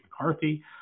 McCarthy